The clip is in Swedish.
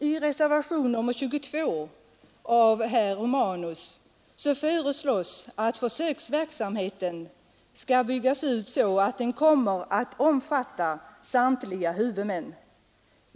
I reservationen 22 av herr Romanus föreslås att försöksverksamheten skall byggas ut så att den kommer att omfatta samtliga huvudmän.